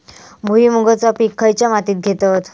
भुईमुगाचा पीक खयच्या मातीत घेतत?